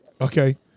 okay